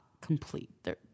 complete